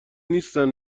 نیستن